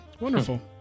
Wonderful